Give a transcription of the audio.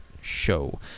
show